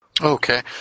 Okay